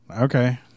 okay